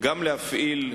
גם להפעיל,